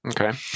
Okay